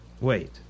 Wait